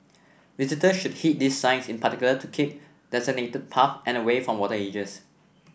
visitors should heed these signs in particular to keep to designated paths and away from water edges